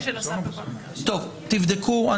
תבדקו.